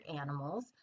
animals